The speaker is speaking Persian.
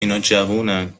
جوونن